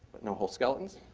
no whole skeletons.